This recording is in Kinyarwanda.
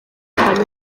ahantu